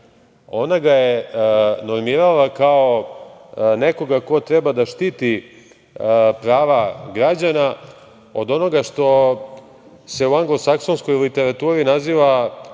ona ga je normirala kao nekoga ko treba da štiti prava građana od onoga što se u anglosaksonskoj literaturi naziva